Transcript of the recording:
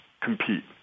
compete